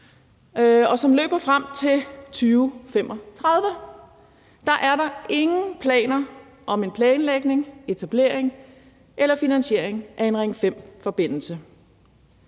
og som løber frem til 2035, er der ingen planer om planlægning, etablering eller finansiering af en Ring 5-forbindelse.